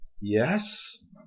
Yes